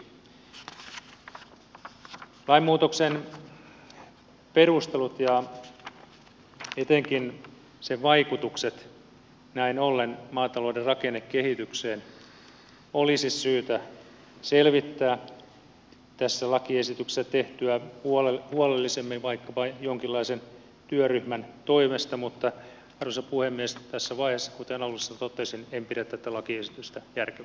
lainmuutoksen perustelut ja etenkin sen vaikutukset näin ollen maatalouden rakennekehitykseen olisi syytä selvittää tässä lakiesityksessä tehtyä huolellisemmin vaikkapa jonkinlaisen työryhmän toimesta mutta arvoisa puhemies tässä vaiheessa kuten alussa totesin en pidä tätä lakiesitystä järkevänä